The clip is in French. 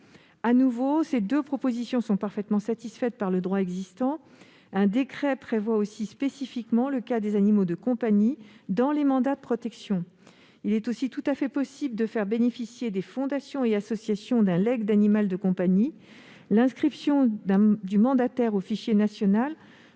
Je le redis, ces deux propositions sont parfaitement satisfaites par le droit existant. Un décret prévoit ainsi spécifiquement le cas des animaux de compagnie dans les mandats de protection. Il est aussi tout à fait possible de faire bénéficier des fondations et des associations d'un legs d'animal de compagnie. L'inscription du mandataire au fichier national